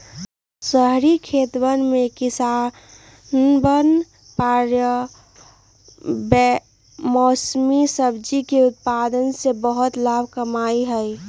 शहरी खेतवन में किसवन प्रायः बेमौसमी सब्जियन के उत्पादन से बहुत लाभ कमावा हई